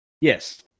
yes